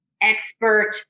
expert